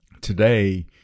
today